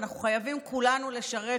ואנחנו חייבים כולנו לשרת,